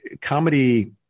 Comedy